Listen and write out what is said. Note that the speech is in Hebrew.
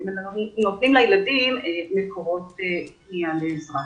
ונותנים לילדים מקורות עניין ועזרה.